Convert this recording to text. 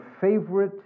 favorite